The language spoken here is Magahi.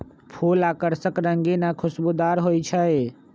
फूल आकर्षक रंगीन आ खुशबूदार हो ईछई